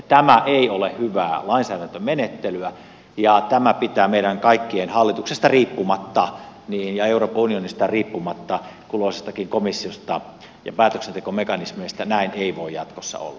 tämä ei ole hyvää lainsäädäntömenettelyä ja hallituksesta riippumatta ja euroopan unionista kulloisestakin komissiosta ja päätöksentekomekanismeista riippumatta näin ei voi jatkossa olla